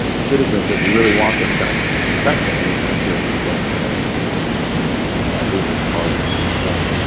ah citizens. if we really want this kind of protection, we need to make sure we don't let it be diluted. we're probably going to and need more.